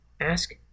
Ask